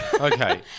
Okay